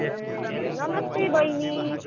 ए नमस्ते बहिनी